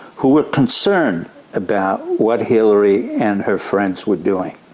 who were concerned about what hillary and her friends were doing.